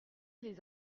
les